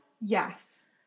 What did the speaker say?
Yes